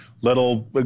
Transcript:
little